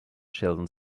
sheldon